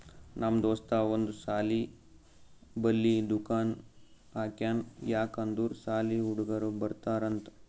ನಮ್ ದೋಸ್ತ ಒಂದ್ ಸಾಲಿ ಬಲ್ಲಿ ದುಕಾನ್ ಹಾಕ್ಯಾನ್ ಯಾಕ್ ಅಂದುರ್ ಸಾಲಿ ಹುಡುಗರು ಬರ್ತಾರ್ ಅಂತ್